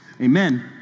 amen